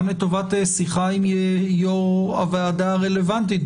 לטובת שיחה עם יו"ר הוועדה הרלוונטית,